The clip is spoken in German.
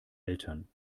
eltern